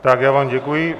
Tak já vám děkuji.